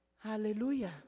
Hallelujah